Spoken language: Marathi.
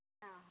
हां